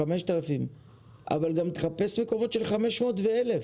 5,000. אבל גם תחפש מקומות של 500 ו-1,000.